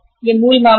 यह मूल मामला है